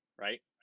right